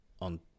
on